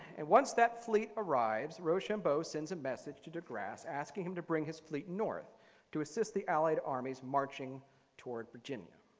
and once that fleet arrives, rochambeau sends a message to de grasse asking him to bring his fleet north to assist the allied armies marching toward virginia.